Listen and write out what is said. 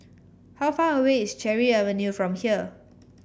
how far away is Cherry Avenue from here